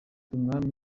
umwami